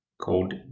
called